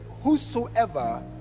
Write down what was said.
whosoever